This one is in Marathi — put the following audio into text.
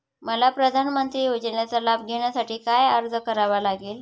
मला प्रधानमंत्री योजनेचा लाभ घेण्यासाठी काय अर्ज करावा लागेल?